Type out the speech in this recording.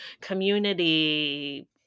community